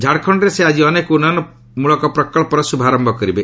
ଝାଡ଼ଖଣ୍ଡରେ ସେ ଆଜି ଅନେକ ଉନ୍ନୟନମୂଳକ ପ୍ରକ୍ସର ଶୁଭାରମ୍ଭ କରିବେ